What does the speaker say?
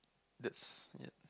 that's ya